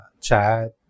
chat